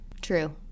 true